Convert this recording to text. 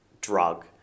drug